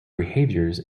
behaviors